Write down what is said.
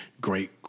great